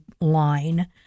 line